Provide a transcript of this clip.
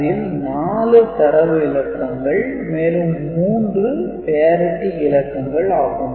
அதில் 4 தரவு இலக்கங்கள் மேலும் 3 parity இலக்கங்கள் ஆகும்